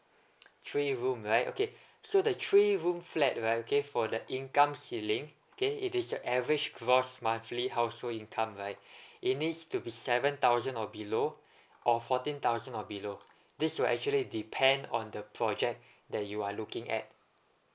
three room right okay so the three room flat right okay for the income ceiling okay it is your average gross monthly household income right it needs to be seven thousand or below or fourteen thousand or below this will actually depend on the project that you are looking at